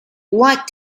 what